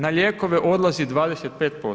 Na lijekove odlazi 25%